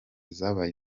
zabaye